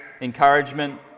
encouragement